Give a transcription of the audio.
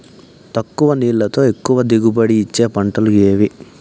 తక్కువ నీళ్లతో ఎక్కువగా దిగుబడి ఇచ్చే పంటలు ఏవి?